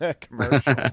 commercial